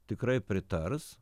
tikrai pritars